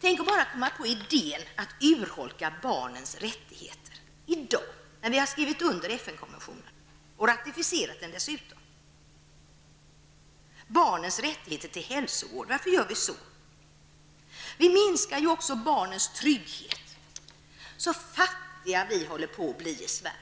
Tänk att bara komma på idén att urholka barnens rättigheter i dag, när vi har skrivit under FN konventionen, och ratificerat den dessutom, barnens rättigheter till hälsovård, varför gör vi så? Vi minskar också barnens trygghet. Så fattiga vi håller på att bli i Sverige.